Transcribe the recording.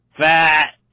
Fat